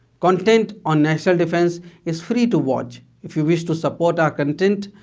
content on national defence is free to watch. if you wish to support our content,